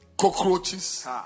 cockroaches